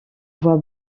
voix